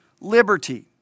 liberty